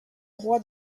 roi